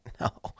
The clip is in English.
no